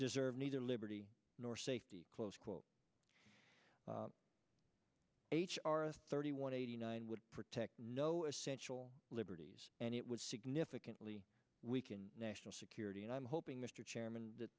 deserve neither liberty nor safety close quote h r s thirty one eighty nine would protect no essential liberties and it would significantly weaken national security and i'm hoping mr chairman that